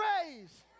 praise